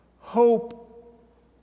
Hope